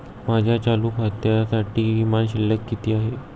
माझ्या चालू खात्यासाठी किमान शिल्लक किती आहे?